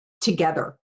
together